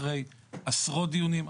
אחרי עשרות דיונים.